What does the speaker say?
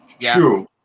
true